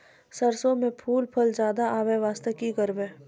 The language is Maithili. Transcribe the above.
सरसों म फूल फल ज्यादा आबै बास्ते कि करबै?